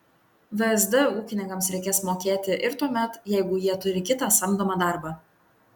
vsd ūkininkams reikės mokėti ir tuomet jeigu jie turi kitą samdomą darbą